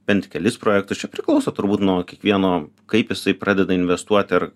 bent kelis projektus čia priklauso turbūt nuo kiekvieno kaip jisai pradeda investuoti ar